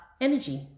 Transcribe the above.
energy